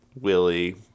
Willie